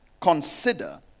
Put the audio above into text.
consider